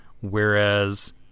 whereas